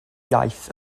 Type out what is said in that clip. iaith